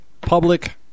public